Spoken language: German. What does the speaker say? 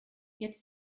jetzt